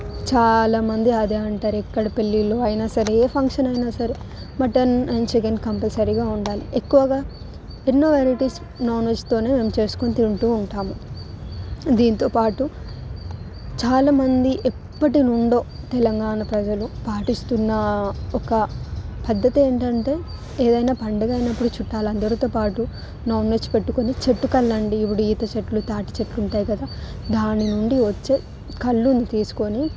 చాలామంది అదే అంటారు ఇక్కడ పెళ్లిళ్ళు అయినా సరే ఏ ఫంక్షన్ అయినా సరే మటన్ అండ్ చికెన్ కంపల్సరీగా ఉండాలి ఎక్కువగా ఎన్నో వెరైటీస్ నాన్వెజ్తోనే మేము చేసుకుని తింటు ఉంటాం దీంతోపాటు చాలామంది ఎప్పటి నుండి తెలంగాణ ప్రజలు పాటిస్తున్న ఒక పద్ధతి ఏంటంటే ఏదైనా పండుగ అయినప్పుడు చుట్టాల అందరితో పాటు నాన్ వెజ్ పెట్టుకొని చెట్టు కల్లు అండి ఇప్పుడు ఈత చెట్లు తాటి చెట్లు ఉంటాయి కదా దాని నుండి వచ్చే కల్లుని తీసుకొని